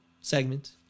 segment